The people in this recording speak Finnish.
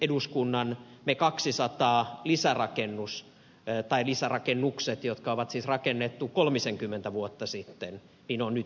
eduskunnan lisärakennukset jotka on siis rakennettu kolmisenkymmentä vuotta sitten on nyt suojeltu